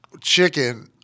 chicken